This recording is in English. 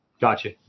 Gotcha